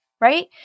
right